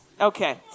Okay